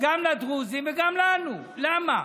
גם לדרוזים וגם לנו, למה?